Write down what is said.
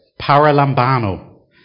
paralambano